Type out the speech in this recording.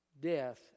Death